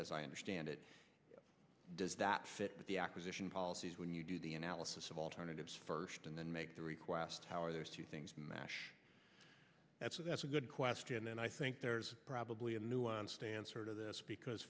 as i understand it does that fit with the acquisition policies when you do the analysis of alternatives first and then make the request how are those two things mash that's a that's a good question and i think there's probably a nuanced answer to this because